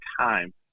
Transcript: time